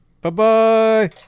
bye-bye